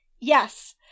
Yes